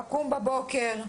לקום בבוקר,